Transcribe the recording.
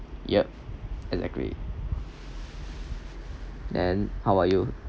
yup exactly then how about you